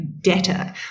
debtor